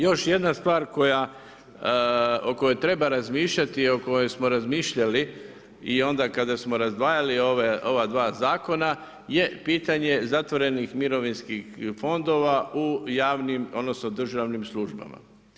Još jedna stvar o kojoj treba razmišljati, o kojoj smo razmišljali i onda kada smo razdvajali ova dva zakona je pitanje zatvorenih mirovinskih fondova u javnim, odnosno državnim službama.